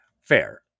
Fair